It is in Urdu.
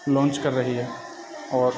لانچ کر رہی ہے اور